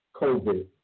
COVID